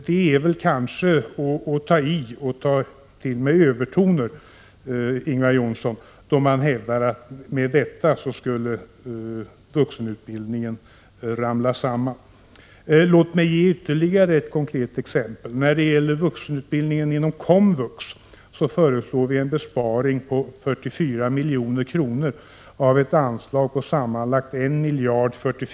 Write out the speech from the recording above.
Det är väl ändå att ta till överord, Ingvar Johnsson, att hävda att vuxenutbildningen efter denna besparing skulle ramla samman. Låt mig ge ytterligare ett konkret exempel. När det gäller vuxenutbildningen inom komvux föreslår vi en besparing på 44 milj.kr. av ett anslag på 1 044 milj.kr.